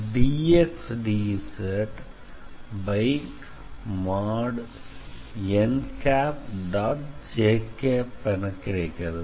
j| என கிடைக்கிறது